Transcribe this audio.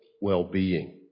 well-being